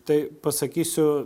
tai pasakysiu